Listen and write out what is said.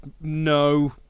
no